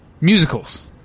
Musicals